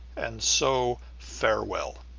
and so farewell.